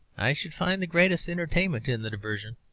i should find the greatest entertainment in the diversion.